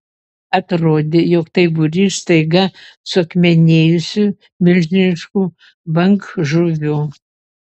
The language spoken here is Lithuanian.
atrodė jog tai būrys staiga suakmenėjusių milžiniškų bangžuvių